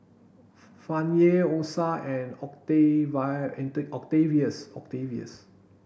Fannye Osa and Octavius Octavius